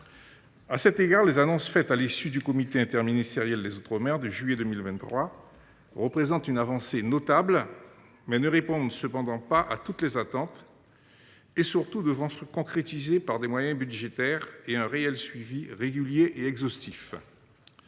À cet égard, les annonces faites à l’issue du comité interministériel des outre mer (Ciom) de juillet 2023 représentent une avancée notable, sans répondre néanmoins à toutes les attentes. Reste surtout à les concrétiser par des moyens budgétaires et par un réel suivi, régulier et exhaustif.